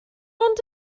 ond